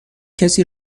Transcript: کسی